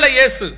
yes